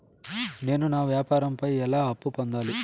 నేను నా వ్యాపారం పై ఎలా అప్పు పొందాలి?